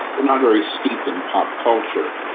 they're not very steeped in pop culture,